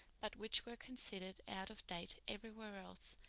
but which were considered out of date everywhere else,